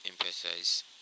emphasize